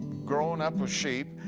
growing up with sheep,